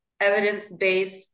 evidence-based